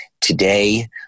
Today